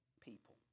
people